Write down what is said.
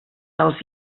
els